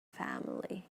family